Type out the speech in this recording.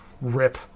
Rip